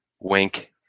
Wink